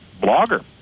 Blogger